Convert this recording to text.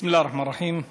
בסם אללה א-רחמאן א-רחים.